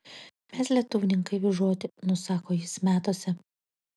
mes lietuvninkai vyžoti nusako jis metuose